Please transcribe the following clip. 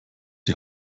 die